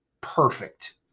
perfect